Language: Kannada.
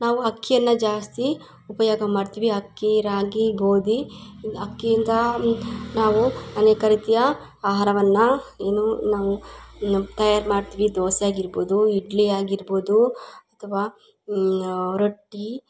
ನಾವು ಅಕ್ಕಿಯನ್ನು ಜಾಸ್ತಿ ಉಪಯೋಗ ಮಾಡ್ತೀವಿ ಅಕ್ಕಿ ರಾಗಿ ಗೋಧಿ ಅಕ್ಕಿಯಿಂದ ನಾವು ಅನೇಕ ರೀತಿಯ ಆಹಾರವನ್ನು ಏನು ನಾವು ನಮ್ಮ ತಯಾರು ಮಾಡ್ತೀವಿ ದೋಸೆ ಆಗಿರ್ಬೋದು ಇಡ್ಲಿ ಆಗಿರ್ಬೋದು ಅಥವಾ ರೊಟ್ಟಿ